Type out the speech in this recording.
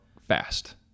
fast